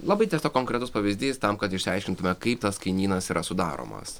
labai konkretus pavyzdys tam kad išsiaiškintume kaip tas kainynas yra sudaromos